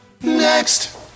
Next